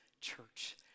church